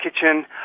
kitchen